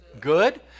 good